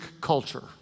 culture